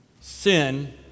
sin